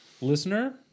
Listener